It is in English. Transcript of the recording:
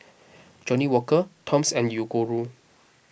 Johnnie Walker Toms and Yoguru